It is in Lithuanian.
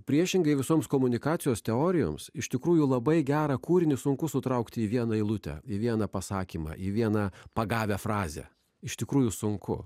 priešingai visoms komunikacijos teorijoms iš tikrųjų labai gerą kūrinį sunku sutraukti į vieną eilutę vieną pasakymą į vieną pagavią frazę iš tikrųjų sunku